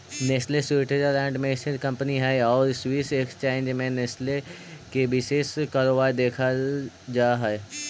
Nestle Switzerland में स्थित company हइ आउ स्विस एक्सचेंज में नेस्ले के विशेष कारोबार देखल जा हइ